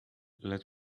let